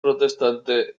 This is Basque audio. protestante